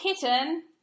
kitten